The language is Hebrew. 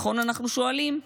אנחנו שואלים?